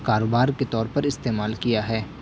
کاروبار کے طور پر استعمال کیا ہے